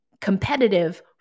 competitive